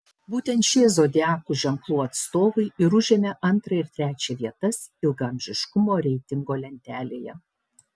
būtent šie zodiako ženklų atstovai ir užėmė antrą ir trečią vietas ilgaamžiškumo reitingo lentelėje